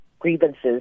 grievances